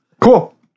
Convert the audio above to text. Cool